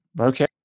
Okay